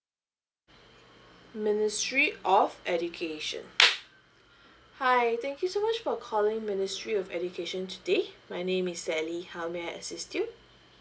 ministry of education hi thank you so much for calling ministry of education today my name is elly how may I assist you